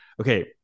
okay